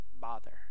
bother